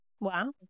Wow